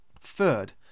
third